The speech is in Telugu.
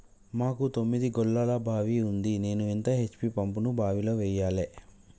మాకు తొమ్మిది గోళాల బావి ఉంది నేను ఎంత హెచ్.పి పంపును బావిలో వెయ్యాలే?